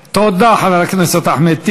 תודה, חבר הכנסת אחמד טיבי.